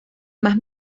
más